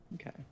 Okay